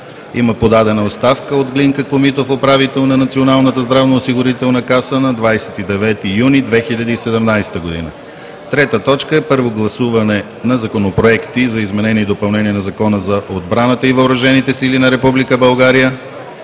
Има подадена оставка от Глинка Комитов – управител на Националната здравноосигурителна каса, на 29 юни 2017 г. 3. Първо гласуване на законопроекти за изменение и допълнение на Закона за отбраната и въоръжените сили на